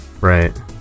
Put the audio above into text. Right